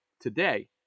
today